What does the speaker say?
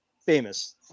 famous